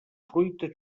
fruita